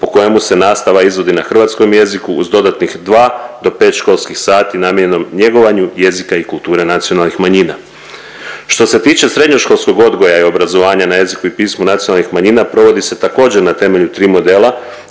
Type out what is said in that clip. po kojemu se nastava izvodi na hrvatskom jeziku uz dodatnih 2 do 5 školskih sati namijenjenom njegovanju jezika i kulture nacionalnih manjina. Što se tiče srednjoškolskog odgoja i obrazovanja na jeziku i pismu nacionalnih manjina provodi se također na temelju tri modela